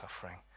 suffering